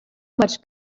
much